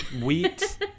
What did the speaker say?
wheat